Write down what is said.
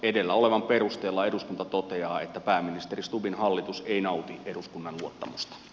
edellä olevan perusteella eduskunta toteaa että pääministeri stubbin hallitus ei nauti eduskunnan luottamusta